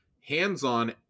Hands-On